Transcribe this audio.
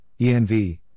ENV